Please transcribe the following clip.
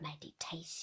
meditation